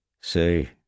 Say